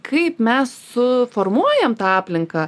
kaip mes suformuojam tą aplinką